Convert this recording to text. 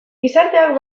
gizarteak